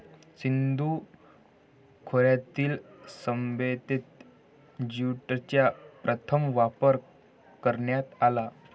सिंधू खोऱ्यातील सभ्यतेत ज्यूटचा प्रथम वापर करण्यात आला